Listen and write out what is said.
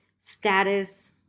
status